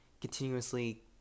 continuously